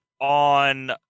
on